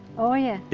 oh yeah, yeah.